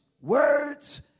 words